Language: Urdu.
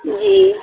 جی